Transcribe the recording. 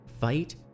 fight